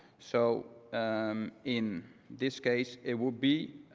so in this case, it would be